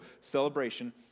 celebration